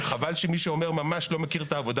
חבל שמי שאומר "ממש" לא מכיר את העבודה